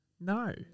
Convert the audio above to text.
No